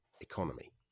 economy